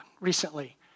recently